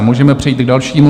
Můžeme přejít k dalšímu.